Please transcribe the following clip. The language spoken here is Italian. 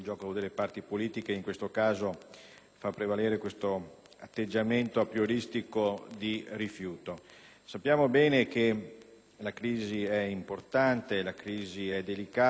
fa prevalere un atteggiamento aprioristico di rifiuto. Sappiamo bene che la crisi è importante, delicata e globale